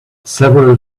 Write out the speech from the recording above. several